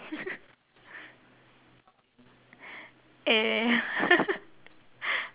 eh